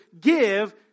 give